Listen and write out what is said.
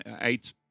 eight